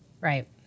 Right